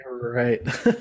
right